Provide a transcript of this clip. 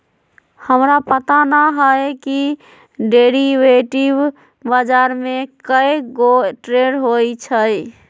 हमरा पता न हए कि डेरिवेटिव बजार में कै गो ट्रेड होई छई